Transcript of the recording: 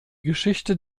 geschichte